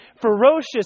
ferocious